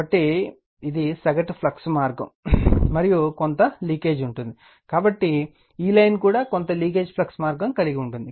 కాబట్టి ఇది సగటు ఫ్లక్స్ మార్గం మరియు కొంత లీకేజ్ ఉంటుంది కాబట్టి ఈ లైన్ కూడా కొంత లీకేజ్ ఫ్లక్స్ మార్గం కలిగి ఉంటుంది